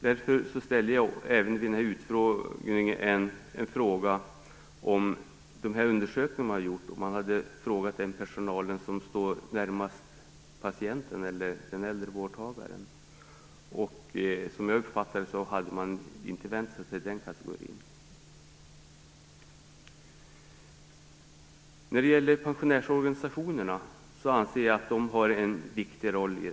Därför ställde jag även vid utfrågningen en fråga om de undersökningar man hade gjort. Hade man frågat den personal som står närmast patienten, den äldre vårdtagaren? Som jag uppfattade det hade man inte vänt sig till den kategorin. Pensionärsorganisationerna har en viktig roll här.